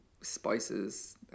spices